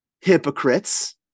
hypocrites